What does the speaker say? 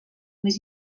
més